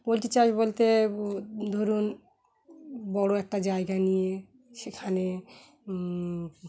poultry চাষ বলতে ধরুন বড়ো একটা জায়গা নিয়ে সেখানে